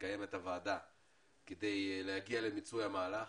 ולקיים את הוועדה כדי להגיע למיצוי המהלך.